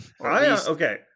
Okay